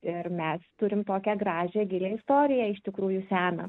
ir mes turim tokią gražią gilią istoriją iš tikrųjų seną